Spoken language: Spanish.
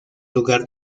lugar